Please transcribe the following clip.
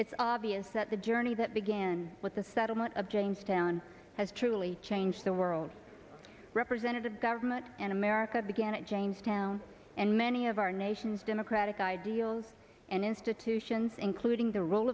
it's obvious that the journey that began with the settlement of jamestown has truly changed the world representative government in america began at jamestown and many of our nation's democratic ideals and institutions including the role